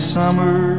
summer